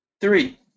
three